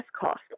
cost